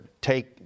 take